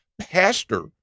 pastor